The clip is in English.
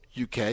UK